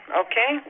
okay